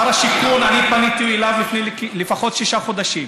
שר השיכון, אני פניתי אליו לפני לפחות שישה חודשים